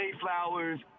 Flowers